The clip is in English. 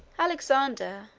alexander,